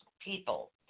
people